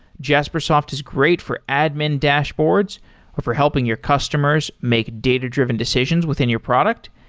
jaspersoft is great for admin dashboards or for helping your customers make data-driven decisions within your product,